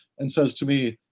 and says to me,